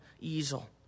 easel